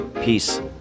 peace